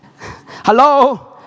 Hello